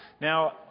Now